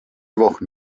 wochen